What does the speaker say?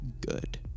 good